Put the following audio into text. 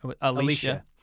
Alicia